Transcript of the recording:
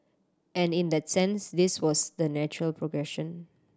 and in that sense this was the natural progression